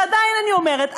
ועדיין אני אומרת,